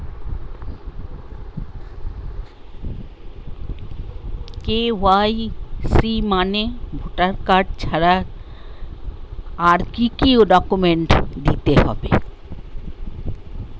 KYC মানে voter card ছাড়া আর কি কি ডকুমেন্ট দিতে হবে?